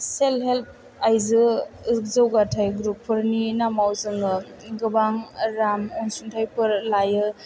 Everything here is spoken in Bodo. सेल्प हेल्प आइजो जौगाथाय ग्रुपफोरनि नामाव जोङो गोबां रां अनसुंथाइफोर लायो